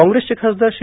कॉंप्रेसचे खासदार श्री